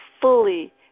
fully